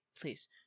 please